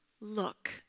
Look